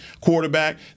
quarterback